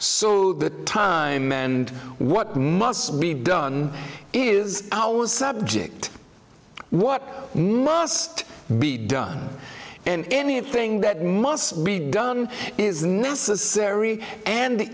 so the time and what must be done is our subject what must be done and anything that must be done is necessary and